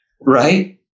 right